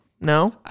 No